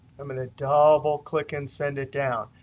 i'm going to double click and send it down.